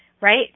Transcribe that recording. right